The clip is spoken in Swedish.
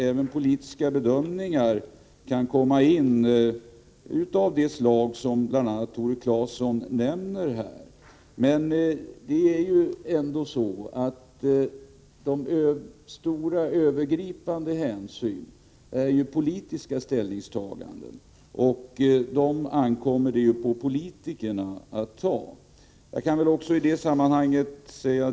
Även politiska bedömningar kan mycket väl komma att göras, bl.a. av det slag som Tore Claeson nämner. De stora övergripande hänsynen är emellertid politiska ställningstaganden, och dem ankommer det på politikerna att ta.